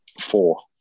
Four